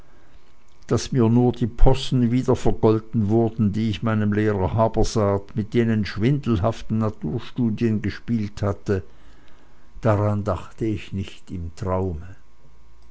daß mir nur die possen wiedervergolten worden die ich meinem lehrer habersaat mit jenen schwindelhaften naturstudien gespielt hatte daran dachte ich nicht im traume